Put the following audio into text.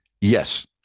Yes